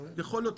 יכול להיות,